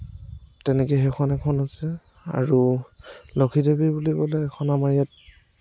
তেনেকে সেইখন এখন আছে আৰু লক্ষীদেৱী বুলি ক'লে এখন আমাৰ ইয়াত